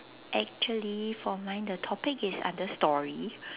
actually for mine the topic is under stories